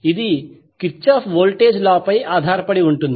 ఇది Kirchhoff voltage law పై ఆధారపడి ఉంటుంది